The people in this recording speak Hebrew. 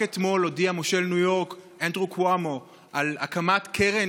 רק אתמול הודיע מושל ניו יורק אנדרו קואומו על הקמת קרן